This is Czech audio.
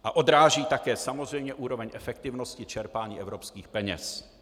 A odráží také samozřejmě úroveň efektivnosti čerpání evropských peněz.